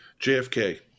JFK